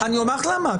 אני אומר לך למה,